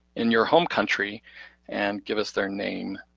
in your home country and give us their name,